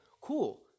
cool